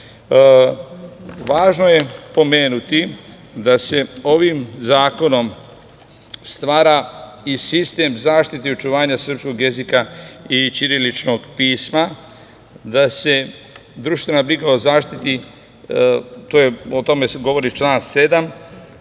Važno je pomenuti da se ovim zakonom stvara i sistem zaštite i očuvanja srpskog jezika i ćiriličnog pisma, da se društvena briga o zaštiti, o tome govori član 7.